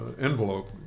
envelope